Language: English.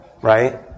right